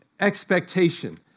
expectation